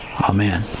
Amen